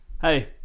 Hey